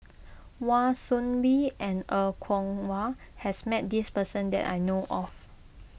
Wan Soon Bee and Er Kwong Wah has met this person that I know of